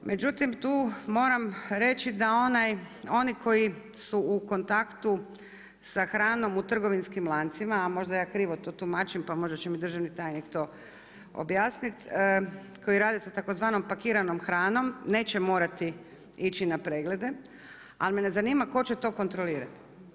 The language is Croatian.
Međutim, tu moram reći da oni koji su u kontaktu sa hranom u trgovinskim lancima, a možda ja krivo to tumačim, pa možda će mi državni tajnik to objasniti, koji rade sa tzv. pakiranom hranom, neće morati ići na preglede, ali me zanima, tko će to kontrolirati?